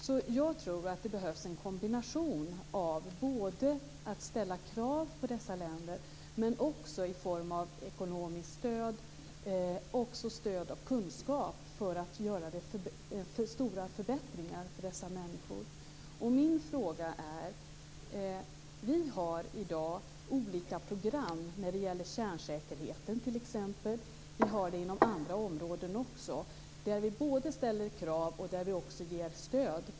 Jag tror att det behövs en kombination av att både ställa krav på dessa länder och ge ekonomiskt stöd, liksom stöd i form av kunskap, för att göra stora förbättringar för dessa människor. Då har jag en fråga. Vi har i dag olika program, inom kärnsäkerheten t.ex. Vi har det inom andra områden också. Där både ställer vi krav och ger stöd.